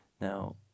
Now